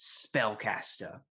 spellcaster